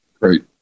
Great